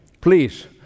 Please